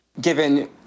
Given